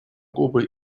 губы